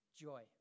joy